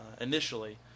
initially